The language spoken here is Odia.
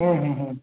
ହୁଁ ହୁଁ ହୁଁ